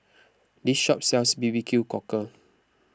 this shop sells B B Q cockle